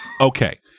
Okay